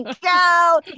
go